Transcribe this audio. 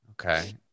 okay